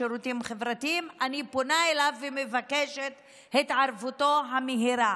אבל אני פונה אליו ומבקשת את התערבותו המהירה.